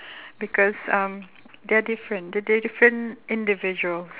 because um they're different the they're different individuals